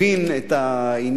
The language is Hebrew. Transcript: הבין את העניין,